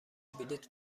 بلیط